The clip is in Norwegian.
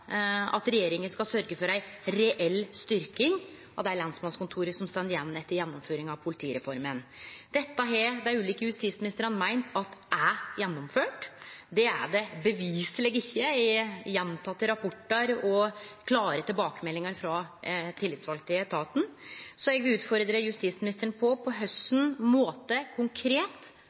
at regjeringa skal sørgje for ei reell styrking av dei lensmannskontora som står igjen etter gjennomføringa av politireforma. Dette har dei ulike justisministrane meint er gjennomført, men det er det beviseleg ikkje, ifølgje fleire rapportar og klare tilbakemeldingar frå tillitsvalde i etaten. Eg vil utfordre justisministeren: På kva måte er vedtaket konkret